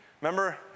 remember